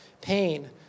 pain